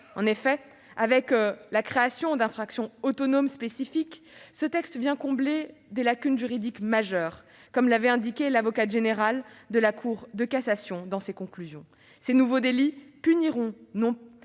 En effet, avec la création d'infractions autonomes spécifiques, ce texte vient combler une lacune juridique majeure, comme l'avait indiqué l'avocate générale de la Cour de cassation dans ses conclusions. Ces nouveaux délits puniront,